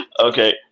Okay